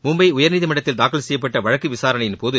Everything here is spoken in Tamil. மும்பை உயர்நீதிமன்றத்தில் தாக்கல் செய்யப்பட்ட வழக்கு விசாரணையின்போது